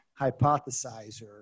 hypothesizer